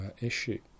issue